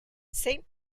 saint